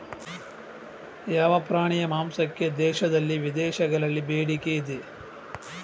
ಯಾವ ಪ್ರಾಣಿಯ ಮಾಂಸಕ್ಕೆ ದೇಶದಲ್ಲಿ ವಿದೇಶದಲ್ಲಿ ಬೇಡಿಕೆ ಇದೆ?